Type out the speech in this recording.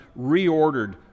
reordered